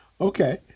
Okay